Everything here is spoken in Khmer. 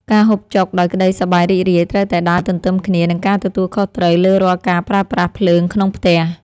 ការហូបចុកដោយក្តីសប្បាយរីករាយត្រូវតែដើរទន្ទឹមគ្នានឹងការទទួលខុសត្រូវលើរាល់ការប្រើប្រាស់ភ្លើងក្នុងផ្ទះ។